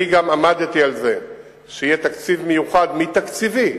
אני גם עמדתי על זה שיהיה תקציב מיוחד מתקציבי,